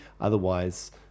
Otherwise